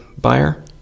buyer